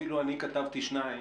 אפילו אני כתבתי שניים.